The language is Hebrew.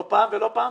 לא פעם ולא פעמיים.